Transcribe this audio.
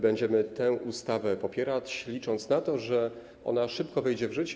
Będziemy tę ustawę popierać, licząc na to, że ona szybko wejdzie w życie.